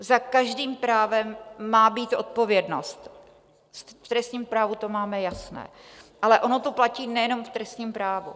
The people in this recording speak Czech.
Za každým právem má být odpovědnost, v trestním právu to máme jasné, ale ono to platí nejenom v trestním právu.